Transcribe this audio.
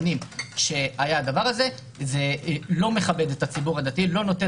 זה לא מכבד את הציבור הדתי ולא נותן